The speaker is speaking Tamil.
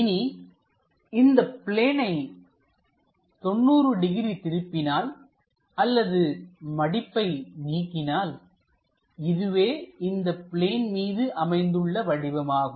இனி இந்த பிளேனை 90 டிகிரி திருப்பினால்அல்லது மடிப்பை நீக்கினால்இதுவே இந்த பிளேன் மீது அமைந்துள்ள வடிவமாகும்